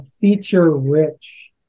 feature-rich